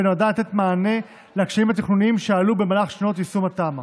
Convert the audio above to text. ונועדה לתת מענה לקשיים התכנוניים שעלו במהלך שנות יישום התמ"א.